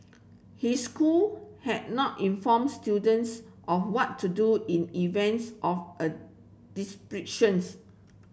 his school had not informed students of what to do in events of a descriptions